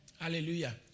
Hallelujah